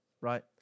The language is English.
right